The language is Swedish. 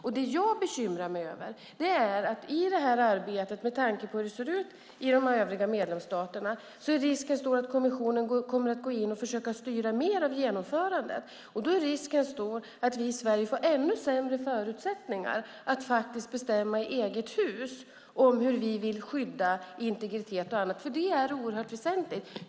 Det som jag bekymrar mig över är att i det här arbetet, med tanke på hur det ser ut i de övriga medlemsstaterna, är risken stor att kommissionen kommer att gå in och försöka styra mer av genomförandet. Då är risken stor att vi i Sverige får ännu sämre förutsättningar att faktiskt bestämma i eget hus hur vi vill skydda integriteten, och det är oerhört väsentligt.